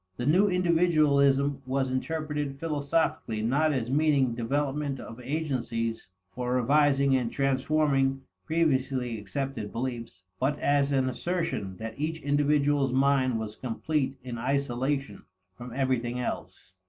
the new individualism was interpreted philosophically not as meaning development of agencies for revising and transforming previously accepted beliefs, but as an assertion that each individual's mind was complete in isolation from everything else.